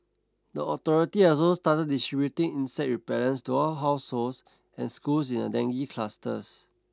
the authority has also started distributing insect repellents to all households and schools in a dengue clusters